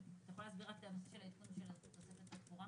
אתה יכול להסביר רק את הנושא של תוספת התקורה?